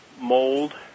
Mold